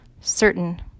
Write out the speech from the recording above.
certain